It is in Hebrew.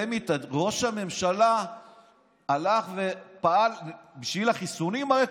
ראש הממשלה הלך ופעל בשביל החיסונים האלה?